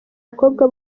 abakobwa